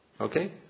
Okay